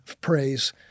praise